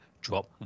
drop